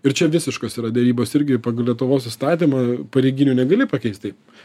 ir čia visiškos yra derybos irgi pagal lietuvos įstatymą pareiginių negali pakeist taip